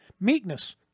Meekness